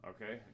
Okay